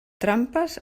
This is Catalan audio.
trampes